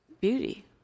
beauty